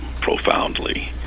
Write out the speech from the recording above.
profoundly